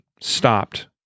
stopped